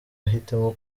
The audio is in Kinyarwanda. ahitamo